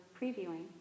previewing